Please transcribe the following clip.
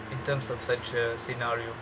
in terms of such a scenario